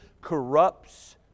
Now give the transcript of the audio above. corrupts